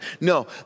No